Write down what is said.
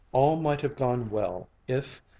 all might have gone well if,